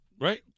right